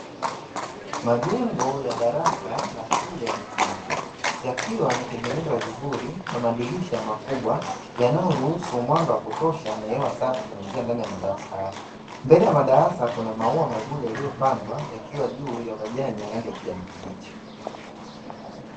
Majengo ya darasa la shule ya msingi yakiwa yametengenezwa vizuri na madirisha makubwa yanayoruhusus mwanga wa kutosha na hewa safi kuingia ndani ya madarasa hayo mbele ya darasa kuna maua mazuri yaliyopandwa yakiwa juu ya majani ya rangi ya kijanai kibichi.